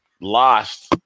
lost